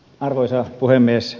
arvoisa puhemies